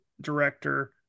Director